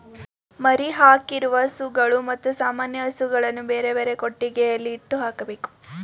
ಮರಿಯಾಕಿರುವ ಹಸುಗಳು ಮತ್ತು ಸಾಮಾನ್ಯ ಹಸುಗಳನ್ನು ಬೇರೆಬೇರೆ ಕೊಟ್ಟಿಗೆಯಲ್ಲಿ ಇಟ್ಟು ಹಾಕ್ಬೇಕು